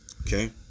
Okay